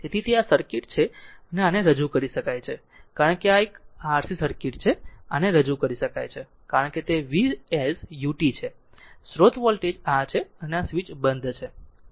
તેથી તે આ સર્કિટ છે અને આને રજૂ કરી શકાય છે કારણ કે આ એક RC સર્કિટ છે આને રજૂ કરી શકાય છે કારણ કે તે V s ut છે સ્ત્રોત વોલ્ટેજ આ છે આ સ્વિચ બંધ છે